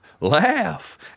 laugh